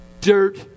dirt